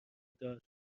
داد